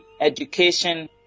education